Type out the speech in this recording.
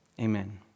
Amen